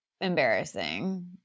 embarrassing